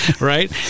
Right